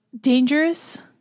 dangerous